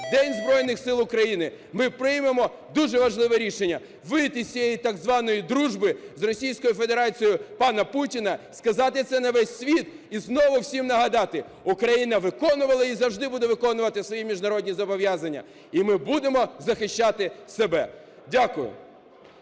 День Збройних Сил України, ми приймемо дуже важливе рішення: вийти з цієї так званої дружби з Російською Федерацією пана Путіна, сказати це на весь світ і знову всім нагадати, Україна виконувала і завжди буде виконувати свої міжнародні зобов'язання, і ми будемо захищати себе. Дякую.